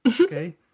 Okay